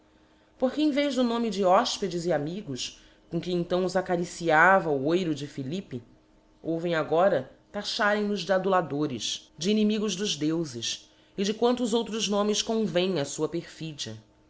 porque em vez do nome de hofpedes e amigos com que então os acariciava o oiro de philippe ouvem agora taxarem nos de adulado res de inimigos dos deufes e de quantos outros nolnes convém á fua perfídia